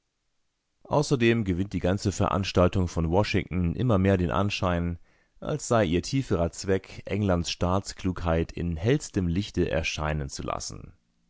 außerdem gewinnt die ganze veranstaltung von washington immer mehr den anschein als sei ihr tieferer zweck englands staatsklugheit in hellstem lichte erscheinen zu lassen